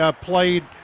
played